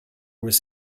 was